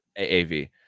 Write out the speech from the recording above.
AAV